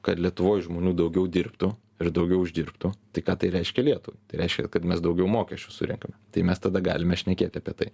kad lietuvoj žmonių daugiau dirbtų ir daugiau uždirbtų tai ką tai reiškia lietuvai tai reiškia kad mes daugiau mokesčių surenkame tai mes tada galime šnekėti apie tai